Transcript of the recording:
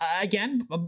Again